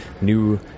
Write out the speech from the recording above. new